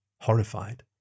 horrified